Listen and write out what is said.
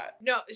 no